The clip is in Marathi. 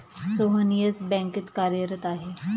सोहन येस बँकेत कार्यरत आहे